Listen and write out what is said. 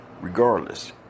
Regardless